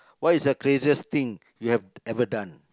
what is the craziest thing you have ever done